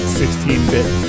16-bit